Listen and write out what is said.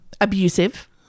abusive